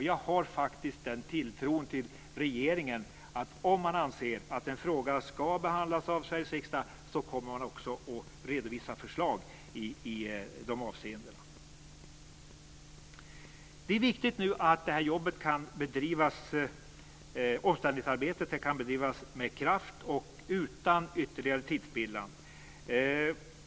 Jag har faktiskt den tilltron till regeringen att om man anser att en fråga ska behandlas av Sveriges riksdag så kommer man också att redovisa förslag i de avseendena. Det är viktigt att omställningsarbetet nu kan bedrivas med kraft och utan ytterligare tidsspillan.